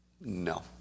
No